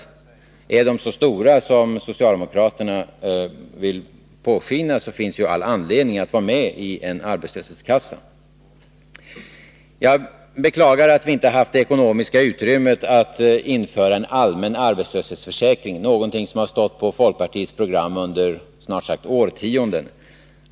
Är utsikterna att bli arbetslös så stora som socialdemokraterna vill låta påskina, finns det ju all anledning att vara med i en arbetslöshetskassa. Jag beklagar att vi inte har haft ekonomiskt utrymme för att införa en allmän arbetslöshetsförsäkring, en reform som har funnits i folkpartiets program under snart sagt årtionden.